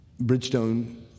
Bridgestone